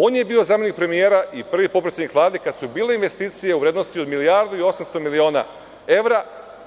On je bio zamenik premijera i prvi potpredsednik Vlade kada su bile investicije u vrednosti od milijardu i 800 miliona evra